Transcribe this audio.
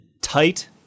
tight